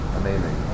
Amazing